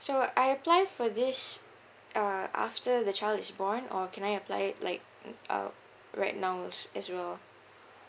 so I apply for this uh after the child is born or can I apply it like mm uh right now as as well